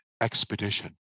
expedition